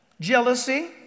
jealousy